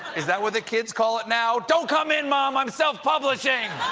is that what the kids call it now? don't come in, mom! i'm self-publishing!